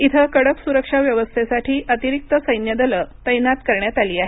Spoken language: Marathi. इथं कडक सुरक्षा व्यवस्थेसाठी अतिरिक्त सैन्य दलं तैनात करण्यात आली आहेत